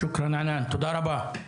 תודה רבה.